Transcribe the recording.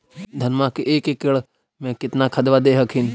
धनमा मे एक एकड़ मे कितना खदबा दे हखिन?